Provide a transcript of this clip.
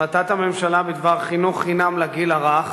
החלטת הממשלה בדבר חינוך חינם לגיל הרך